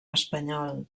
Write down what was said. espanyol